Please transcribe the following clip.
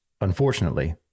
unfortunately